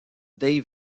dave